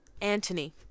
Antony